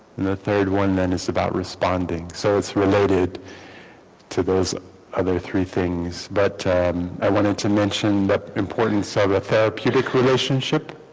and the third one then is about responding so it's related to those other three things but i wanted to mention that importance of a therapeutic relationship